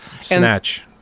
Snatch